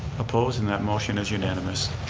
opposed, then that motion is unanimous.